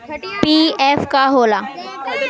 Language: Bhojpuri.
पी.एफ का होला?